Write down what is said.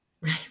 Right